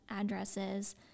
addresses